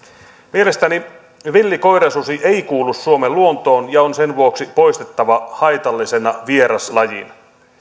mielestäni villi koirasusi ei kuulu suomen luontoon ja on sen vuoksi poistettava haitallisena vieraslajina